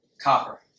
Copper